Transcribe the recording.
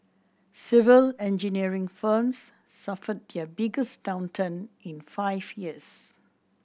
civil engineering firms suffered their biggest downturn in five years